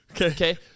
Okay